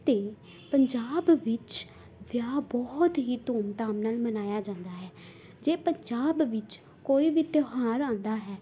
ਅਤੇ ਪੰਜਾਬ ਵਿੱਚ ਵਿਆਹ ਬਹੁਤ ਹੀ ਧੂਮ ਧਾਮ ਨਾਲ ਮਨਾਇਆ ਜਾਂਦਾ ਹੈ ਜੇ ਪੰਜਾਬ ਵਿੱਚ ਕੋਈ ਵੀ ਤਿਉਹਾਰ ਆਉਂਦਾ ਹੈ